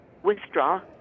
withdraw